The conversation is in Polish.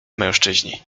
mężczyźni